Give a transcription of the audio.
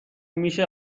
میشه